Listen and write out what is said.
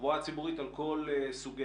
התחבורה הציבורית על כל סוגיה.